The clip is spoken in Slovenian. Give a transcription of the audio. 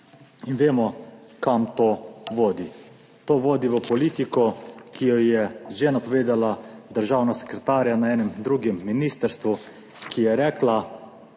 in vemo kam to vodi. To vodi v politiko, ki jo sta jo že napovedala državna sekretarja na enem drugem ministrstvu, ki je rekla,